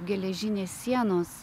geležinės sienos